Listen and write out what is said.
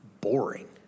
boring